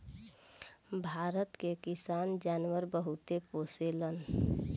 भारत के किसान जानवर बहुते पोसेलन